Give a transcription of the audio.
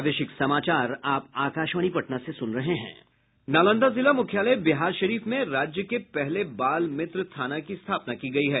नालंदा जिला मुख्यालय बिहारशरीफ में राज्य के पहले बाल मित्र थाना की स्थापना की गयी है